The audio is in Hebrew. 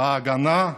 ההגנה?